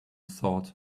sort